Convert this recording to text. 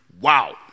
Wow